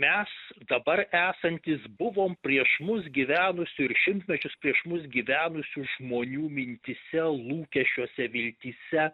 mes dabar esantys buvom prieš mus gyvenusių ir šimtmečius prieš mus gyvenusių žmonių mintyse lūkesčiuose viltyse